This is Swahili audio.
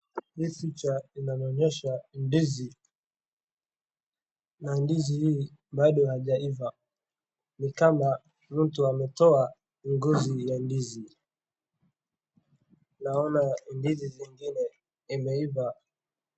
Hii picha inanionyesha ndizi na ndizi hii bado haijaiva ni kama mtu ametoa ngozi ya ndizi na naona ndizi zingine imeivaa.